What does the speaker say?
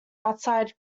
outside